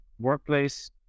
Workplace